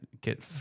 get